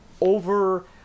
over